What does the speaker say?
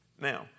Now